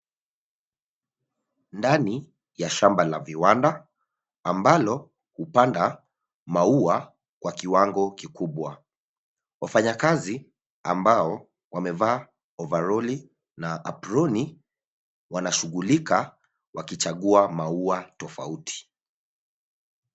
Ndani ya shamba la viwanda, ambalo hupanda maua kwa kiwango kikubwa. Wafanyikazi ambao wamevaa overall na aproni wanashughulika wakichagua maua tofauti.